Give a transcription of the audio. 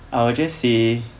I will just say